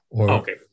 Okay